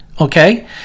okay